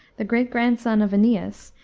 the great grandson of aeneas,